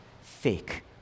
fake